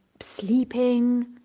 sleeping